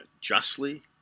justly